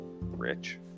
rich